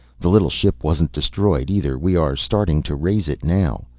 the little ship wasn't destroyed either, we are starting to raise it now.